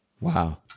Wow